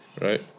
Right